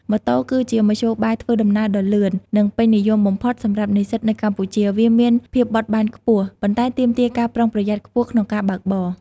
ម៉ូតូគឺជាមធ្យោបាយធ្វើដំណើរដ៏លឿន និងពេញនិយមបំផុតសម្រាប់និស្សិតនៅកម្ពុជា វាមានភាពបត់បែនខ្ពស់ ប៉ុន្តែទាមទារការប្រុងប្រយ័ត្នខ្ពស់ក្នុងការបើកបរ។